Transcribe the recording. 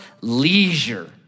leisure